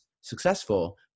successful